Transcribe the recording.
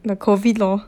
the COVID lor